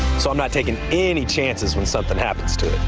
so i'm not taking any chances when something happens to